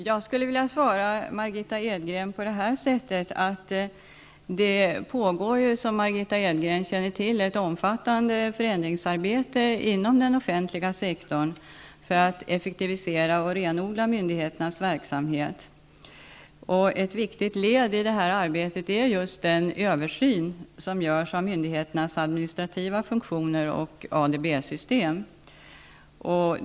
Herr talman! Det pågår, som Margitta Edgren känner till, ett omfattande förändringsarbete inom den offentliga sektorn för att effektivisera och renodla myndigheternas verksamhet. Ett viktigt led i det arbetet är just den översyn som görs av myndigheternas administrativa funktioner och ADB system.